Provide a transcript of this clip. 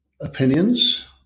opinions